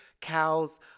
cows